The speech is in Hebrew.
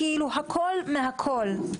הכול מהכול.